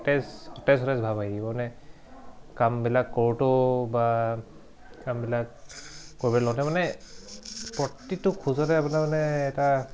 সতেজ সতেজ সতেজ ভাৱ আহিব মানে কামবিলাক কৰোঁতেও বা কামবিলাক কৰিব লওঁতে মানে প্ৰতিটো খোজতে আপোনাৰ মানে এটা